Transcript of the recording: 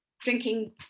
drinking